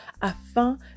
afin